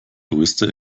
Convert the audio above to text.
größte